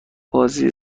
بازی